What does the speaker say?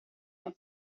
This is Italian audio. con